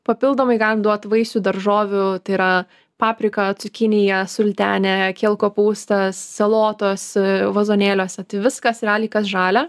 papildomai galim duot vaisių daržovių tai yra paprika cukinija sultenė keil kopūstas salotos vazonėliuose tai viskas realiai kas žalia